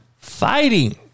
fighting